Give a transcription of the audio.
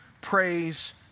praise